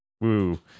Woo